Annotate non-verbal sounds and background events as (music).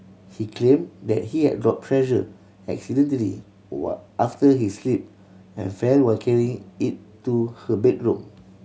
he claimed that he had dropped Treasure accidentally (unintelligible) after he slipped and fell while carrying it to her bedroom